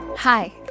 Hi